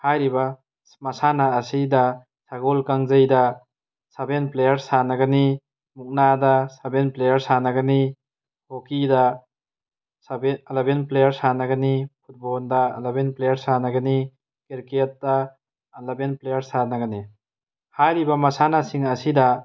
ꯍꯥꯏꯔꯤꯕ ꯃꯁꯥꯟꯅ ꯑꯁꯤꯗ ꯁꯒꯣꯜ ꯀꯥꯡꯖꯩꯗ ꯁꯦꯚꯦꯟ ꯄ꯭ꯂꯦꯌꯔꯁ ꯁꯥꯟꯅꯒꯅꯤ ꯃꯨꯛꯅꯥꯗ ꯁꯦꯚꯦꯟ ꯄ꯭ꯂꯦꯌꯔ ꯁꯥꯟꯅꯒꯅꯤ ꯍꯣꯛꯀꯤꯗ ꯑꯂꯚꯦꯟ ꯄ꯭ꯂꯦꯌꯔ ꯁꯥꯟꯅꯒꯅꯤ ꯐꯨꯠꯕꯣꯜꯗ ꯑꯂꯚꯦꯟ ꯄ꯭ꯂꯦꯌꯔ ꯁꯥꯟꯅꯒꯅꯤ ꯀ꯭ꯔꯤꯀꯦꯠꯇ ꯑꯂꯚꯦꯟ ꯄ꯭ꯂꯦꯌꯔ ꯁꯥꯟꯅꯒꯅꯤ ꯍꯥꯏꯔꯤꯕ ꯃꯁꯥꯟꯅꯁꯤꯡ ꯑꯁꯤꯗ